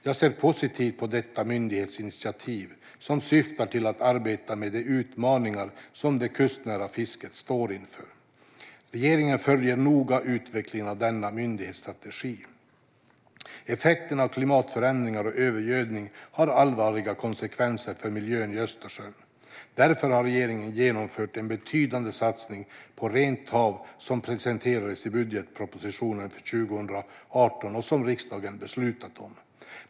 Jag ser positivt på detta myndighetsinitiativ, som syftar till att arbeta med de utmaningar som det kustnära fisket står inför. Regeringen följer noga utvecklingen av denna myndighetsstrategi. Effekterna av klimatförändringar och övergödning har allvarliga konsekvenser för miljön i Östersjön. Därför har regeringen genomfört en betydande satsning på rent hav som presenterades i budgetpropositionen för 2018 och som riksdagen har beslutat om.